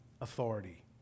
authority